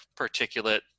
particulate